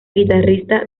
guitarrista